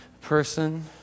person